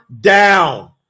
down